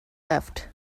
left